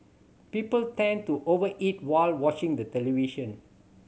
people tend to over eat while watching the television